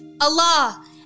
Allah